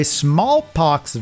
smallpox